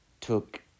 took